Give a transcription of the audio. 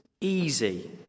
easy